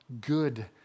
good